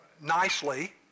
nicely